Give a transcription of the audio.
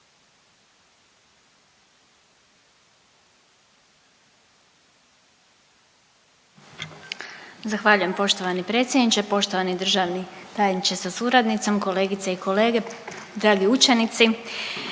Zahvaljujem poštovani predsjedniče. Poštovani državni tajniče sa suradnicom, kolegice i kolege, dragi učenici.